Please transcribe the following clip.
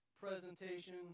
presentation